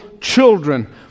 children